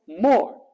more